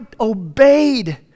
obeyed